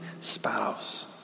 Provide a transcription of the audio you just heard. spouse